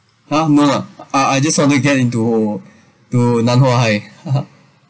!huh! no lah I just want to get into to Nan Hua high